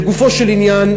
לגופו של עניין,